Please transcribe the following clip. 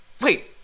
wait